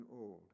old